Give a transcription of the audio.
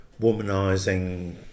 womanizing